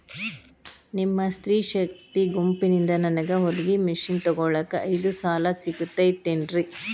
ನಿಮ್ಮ ಸ್ತ್ರೇ ಶಕ್ತಿ ಗುಂಪಿನಿಂದ ನನಗ ಹೊಲಗಿ ಮಷೇನ್ ತೊಗೋಳಾಕ್ ಐದು ಸಾಲ ಸಿಗತೈತೇನ್ರಿ?